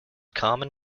common